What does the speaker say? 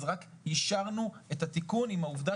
אז רק אישרנו את התיקון עם העובדה